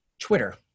Twitter